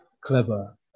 clever